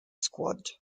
squad